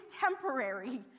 temporary